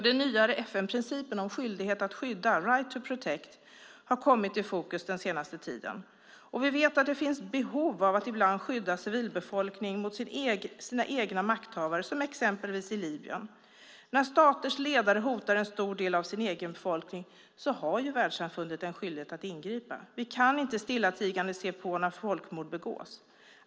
Den nyare FN-principen om skyldighet att skydda, Right to protect, har kommit i fokus den senaste tiden. Vi vet att det finns behov av att ibland skydda civilbefolkningen mot dess egna makthavare, som exempelvis i Libyen. När staters ledare hotar en stor del av sin egen befolkning har världssamfundet en skyldighet att ingripa. Vi kan inte stillatigande se på när folkmord begås.